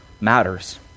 matters